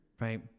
Right